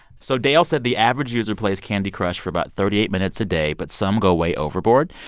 so dale said the average user plays candy crush for about thirty eight minutes a day, but some go way overboard.